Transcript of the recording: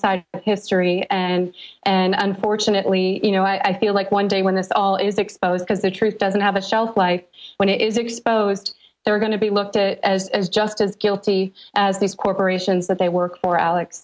side of history and and unfortunately you know i feel like one day when this all is exposed as the truth doesn't have a shelf life when it is exposed they're going to be looked at as just as guilty as these corporations that they work for ale